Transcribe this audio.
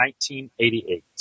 1988